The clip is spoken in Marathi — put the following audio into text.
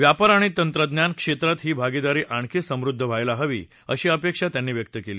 व्यापार आणि तंत्रज्ञानक्षेत्रात ही भागीदारी आणखी समृद्ध व्हायला हवी अशी अपेक्षा त्यांनी व्यक्त केली